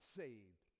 saved